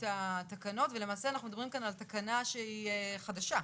התקנות ולמעשה אנחנו מדברים כאן על תקנה שהיא חדשה,